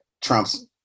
trump's